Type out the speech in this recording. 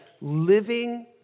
living